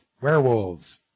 Werewolves